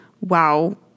wow